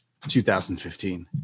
2015